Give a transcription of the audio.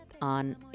on